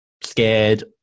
scared